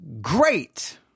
great